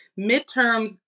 Midterms